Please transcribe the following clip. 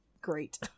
great